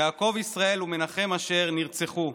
יעקב ישראל ומנחם אשר, נרצחו,